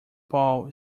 paul